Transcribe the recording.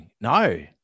No